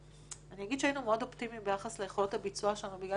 אני אגיד שהיינו מאוד אופטימיים ביחס ליכולות הביצוע שלנו בגלל